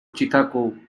chicago